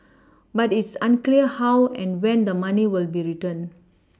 but it's unclear how and when the money will be returned